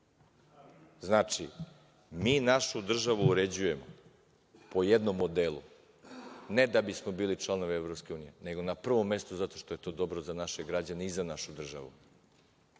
govore. Znači, mi našu državu uređujemo po jednom modelu ne da bismo bili članovi EU nego na prvom mestu zato što je o dobro za naše građane i za našu državu.